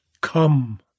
Come